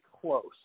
close